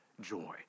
joy